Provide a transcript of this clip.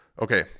Okay